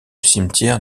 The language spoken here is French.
cimetière